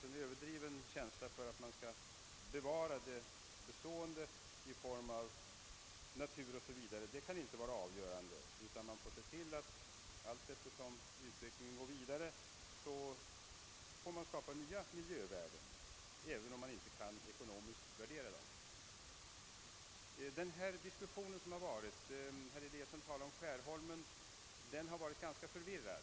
En överdriven känsla för att bevara det bestående i form av natur o. s. v. får inte vara avgörande, utan allteftersom utvecklingen går vidare måste man skapa nya miljövärden, även om man inte kan ekonomiskt värdera dem. — herr Eliasson var inne på den frågan — har varit ganska förvirrad.